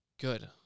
Good